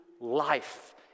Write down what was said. life